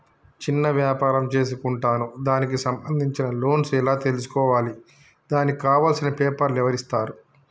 చిన్న వ్యాపారం చేసుకుంటాను దానికి సంబంధించిన లోన్స్ ఎలా తెలుసుకోవాలి దానికి కావాల్సిన పేపర్లు ఎవరిస్తారు?